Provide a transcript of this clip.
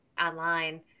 online